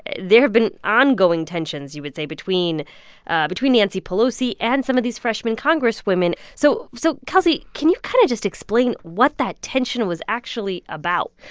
there have been ongoing tensions, you would say, between between nancy pelosi and some of these freshmen congresswomen. so so kelsey, can you kind of just explain what that tension was actually about?